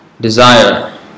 desire